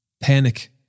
Panic